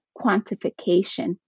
quantification